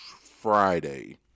Friday